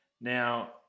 Now